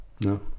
No